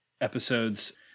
episodes